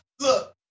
Look